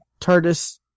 TARDIS